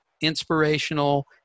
inspirational